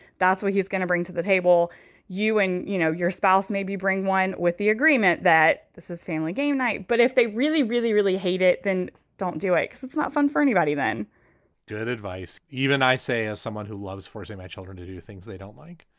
that's what he's gonna bring to the table you and you know your spouse maybe bring wine with the agreement that this is family game night. but if they really, really, really hate it, then don't do it. it's not fun for anybody then good advice. even i say as someone who loves forcing my children to do things they don't like